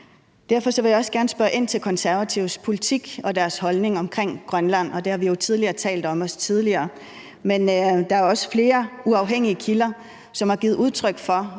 Derfor vil jeg også gerne spørge ind til Konservatives politik og deres holdning omkring Grønland, og det har vi jo også talt om tidligere. Men der er også flere uafhængige kilder, som har givet udtryk for,